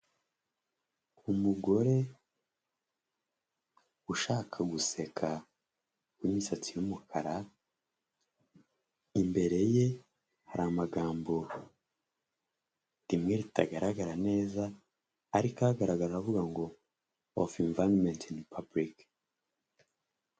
Umugore ushaka guseka w'imisatsi y'umukara, imbere ye hari amagambo rimwe ritagaragara neza ariko agaragara avuga ngo ofu imvayirometi paburike.